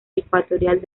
ecuatorial